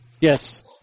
Yes